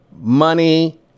money